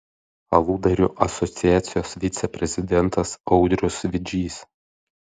aludarių asociacijos viceprezidentas audrius vidžys